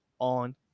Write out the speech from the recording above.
on